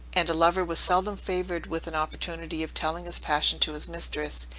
and a lover was seldom favored with an opportunity of telling his passion to his mistress,